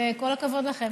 וכל הכבוד לכם.